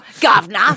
Governor